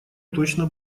точно